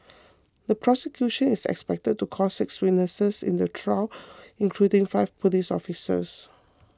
the prosecution is expected to call six witnesses in the trial including five police officers